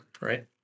right